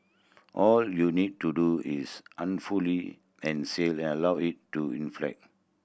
all you need to do is an fully an sail allow it to in flat